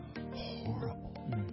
horrible